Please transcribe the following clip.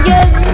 Yes